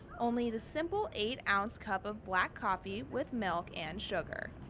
only the simple eight oz cup of black coffee with milk and sugar.